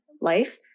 life